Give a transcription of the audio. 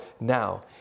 now